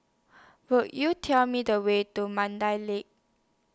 Could YOU Tell Me The Way to Mandai Lake